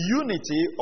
unity